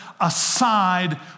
aside